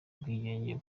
ubwigenge